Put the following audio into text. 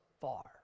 far